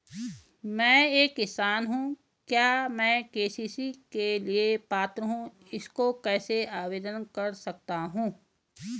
मैं एक किसान हूँ क्या मैं के.सी.सी के लिए पात्र हूँ इसको कैसे आवेदन कर सकता हूँ?